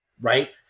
right